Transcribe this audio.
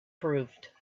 proved